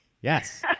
Yes